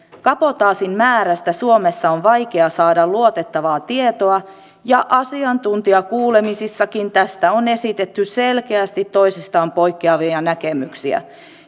kabotaasin määrästä suomessa on vaikea saada luotettavaa tietoa ja asiantuntijakuulemisissakin tästä on esitetty selkeästi toisistaan poikkeavia näkemyksiä